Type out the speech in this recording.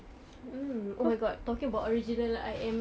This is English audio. mm oh my god talking about original I am